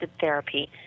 therapy